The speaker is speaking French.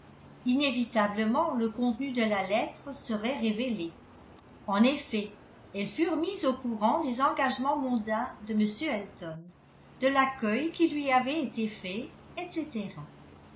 inévitablement le contenu de la lettre serait révélé en effet elles furent mises au courant des engagements mondains de m elton de l'accueil qui lui avait été fait etc